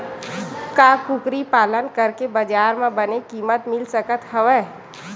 का कुकरी पालन करके बजार म बने किमत मिल सकत हवय?